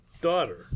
daughter